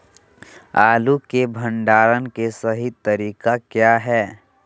आलू के भंडारण के सही तरीका क्या है?